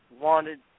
wanted